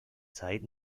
zeit